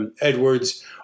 Edwards